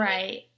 Right